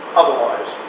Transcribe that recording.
otherwise